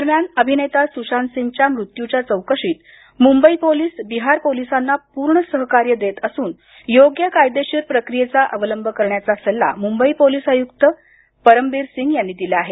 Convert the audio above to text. दरम्यान अभिनेता सुशांत सिंगच्या मृत्युच्या चौकशीत मुंबई पोलिस बिहार पोलिसांना पूर्ण सहकार्य देत असून योग्य कायदेशीर प्रक्रियेचा अवलंब करण्याचा सल्ला मुंबई पोलिस आयुक्त परम बीर सिंग यांनी दिला आहे